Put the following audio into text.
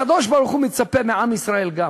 הקדוש-ברוך-הוא מצפה מעם ישראל גם